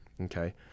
okay